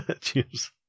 Cheers